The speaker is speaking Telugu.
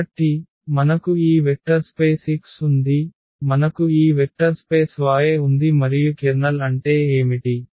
కాబట్టి మనకు ఈ వెక్టర్స్పేస్ X ఉంది మనకు ఈ వెక్టర్స్పేస్ Y ఉంది మరియు కెర్నల్ అంటే ఏమిటి